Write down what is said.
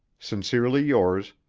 sincerely yours,